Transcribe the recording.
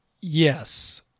Yes